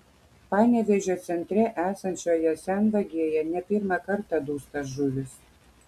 panevėžio centre esančioje senvagėje ne pirmą kartą dūsta žuvys